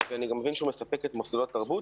ואני גם מבין שהוא מספק את מוסדות התרבות,